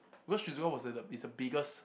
cause Shizuoka was the is the biggest